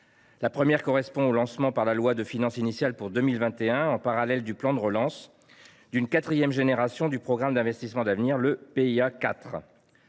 La première correspond au lancement par la loi de finances initiales pour 2021, en parallèle du plan de relance, d’une quatrième génération du programme d’investissements d’avenir, le PIA 4.